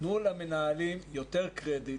תנו למנהלים יותר קרדיט